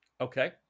Okay